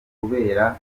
kubera